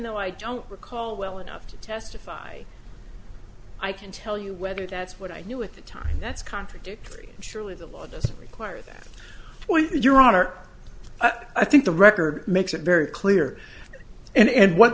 though i don't recall well enough to testify i can tell you whether that's what i knew at the time that's contradictory surely the law doesn't require that your honor i think the record makes it very clear and